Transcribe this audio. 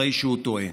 הרי שהוא טועה.